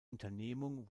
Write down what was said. unternehmung